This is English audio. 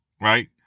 right